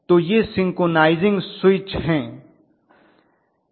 तो ये synchronising switch हैं